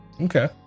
okay